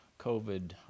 COVID